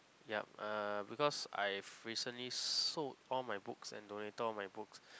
yup uh because I've recently sold all my books and donated all my books